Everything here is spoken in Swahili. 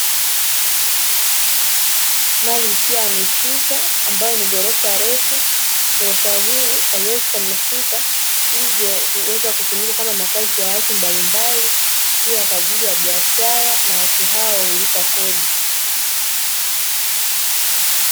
Mali isiyohamishika ambayo ni ghorofa refu. Ghorofa hili haliwezi kuhamishika hivyo huweza kutumika kama makazi ya watu mbalimbali, pia kwa ajili ya biashara na watu hawa hulipa kodi.